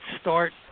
start